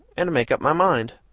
and make up my mind.